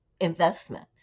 investment